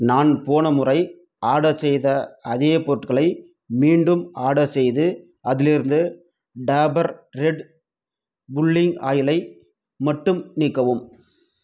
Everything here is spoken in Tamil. நான் போன முறை ஆர்டர் செய்த அதே பொருட்களை மீண்டும் ஆர்டர் செய்து அதிலிருந்து டாபர் ரெட் புல்லிங் ஆயிலை மட்டும் நீக்கவும்